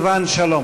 תכף השר סילבן שלום